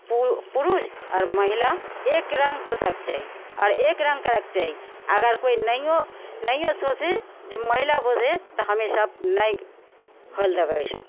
पु पुरुष और महिला एक रङ्ग सोचऽ कऽ चाही और एक रङ्ग करऽ कऽ चाही अगर कोइ नहियो नहियो सोची जे महिला बोल दे तऽ हमेशा नै हॉल देबै ईसब